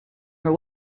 her